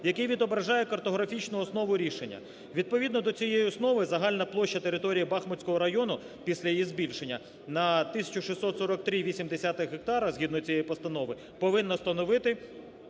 який відображає картографічну основу рішення. Відповідно до цієї основи загальна площа території Бахмутського району після її збільшення на 1643,8 гектари, згідно цієї постанови, повинно становити